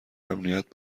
امنیت